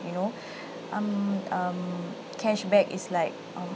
you know um um cashback is like um